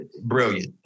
brilliant